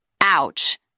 Ouch